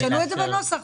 שנו את זה בנוסח.